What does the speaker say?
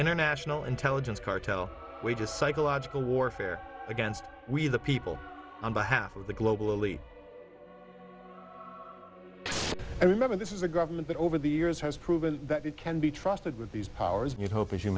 international intelligence cartel wage a psychological warfare against we the people on behalf of the globally remember this is a government that over the years has proven that it can be trusted with these powers and you hope as you